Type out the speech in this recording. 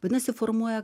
vadinasi formuoja